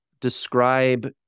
describe